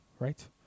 right